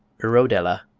urodela.